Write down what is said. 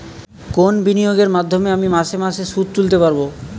কোন বিনিয়োগের মাধ্যমে আমি মাসে মাসে সুদ তুলতে পারবো?